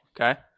Okay